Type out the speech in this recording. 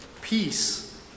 Peace